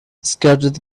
scattered